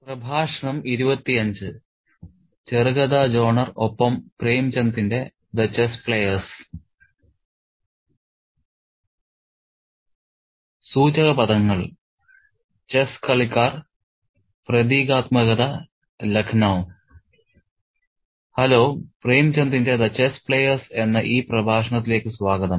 സൂചകപദങ്ങൾ chess കളിക്കാർ പ്രതീകാത്മകത Lucknow hello പ്രേംചന്ദിന്റെ 'ദ ചെസ് പ്ലെയേഴ്സ്' എന്ന ഈ പ്രഭാഷണത്തിലേക്ക് സ്വാഗതം